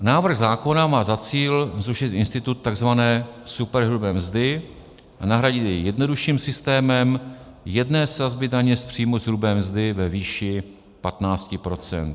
Návrh zákona má za cíl zrušit institut tzv. superhrubé mzdy a nahradit jej jednodušším systémem jedné sazby daně z příjmu z hrubé mzdy ve výši 15 %.